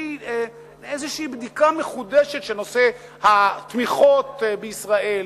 איזושהי בדיקה מחודשת של נושא התמיכות בישראל,